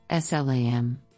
SLAM